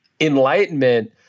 enlightenment